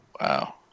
Wow